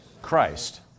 Christ